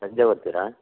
ಸಂಜೆ ಬರ್ತೀರಾ